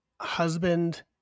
husband